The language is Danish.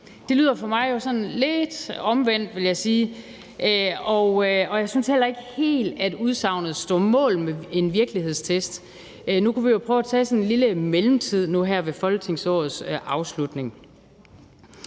Det lyder jo for mig sådan lidt omvendt, vil jeg sige, og jeg synes heller ikke helt, at udsagnet står mål med en virkelighedstest. Nu kunne vi prøve at tage sådan en lille mellemtid her ved folketingsårets afslutning.